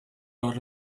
los